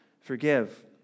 forgive